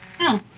no